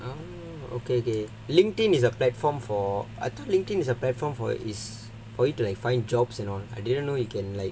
um okay okay LinkedIn is a platform for I thought linked in is a platform for is for you to find jobs you know I didn't know you can like